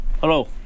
Hello